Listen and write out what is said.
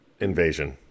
Invasion